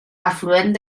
afluent